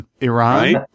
Iran